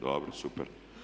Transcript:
Dobro, super.